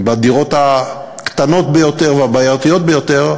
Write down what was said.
בדירות הקטנות ביותר והבעייתיות ביותר,